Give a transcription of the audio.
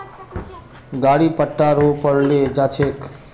गाड़ी पट्टा रो पर ले जा छेक